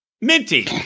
Minty